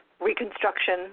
reconstruction